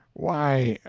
why,